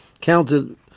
counted